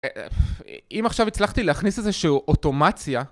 אה... אם עכשיו הצלחתי להכניס איזשהו אוטומציה...